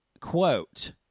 quote